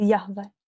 Yahweh